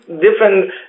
different